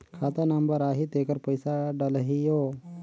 खाता नंबर आही तेकर पइसा डलहीओ?